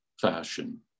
fashion